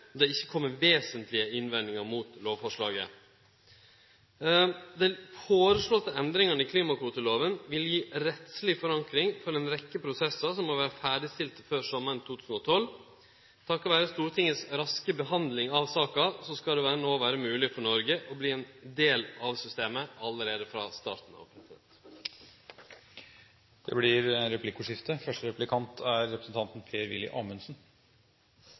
har ikkje kome vesentlege innvendingar mot lovforslaget. Dei foreslåtte endringane i klimakvotelova vil gje rettsleg forankring for ei rekkje prosessar som må vere ferdigstilte før sommaren 2012. Takk vere Stortingets raske behandling av saka skal det no vere mogleg for Noreg å verte ein del av systemet allereie frå starten av. Det blir replikkordskifte.